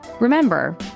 Remember